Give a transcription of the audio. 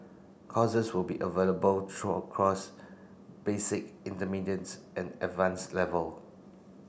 courses will be available true across basic intermediates and advance level